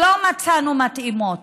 לא מצאנו מתאימות.